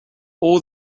all